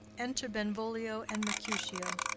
enter benvolio and mercutio.